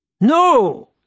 No